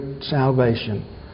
salvation